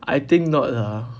I think not lah